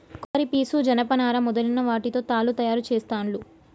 కొబ్బరి పీసు జనప నారా మొదలైన వాటితో తాళ్లు తయారు చేస్తాండ్లు